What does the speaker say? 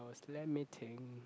I was lamenting